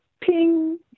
ping